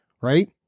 right